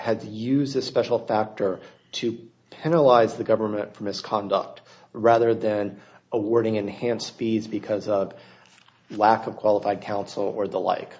had to use a special factor to penalize the government for misconduct rather than awarding enhanced speeds because of lack of qualified counsel or the like